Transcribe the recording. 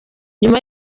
nyuma